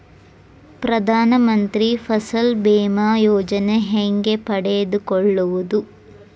ಪ್ರಧಾನ ಮಂತ್ರಿ ಫಸಲ್ ಭೇಮಾ ಯೋಜನೆ ಹೆಂಗೆ ಪಡೆದುಕೊಳ್ಳುವುದು?